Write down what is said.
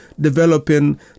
developing